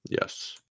Yes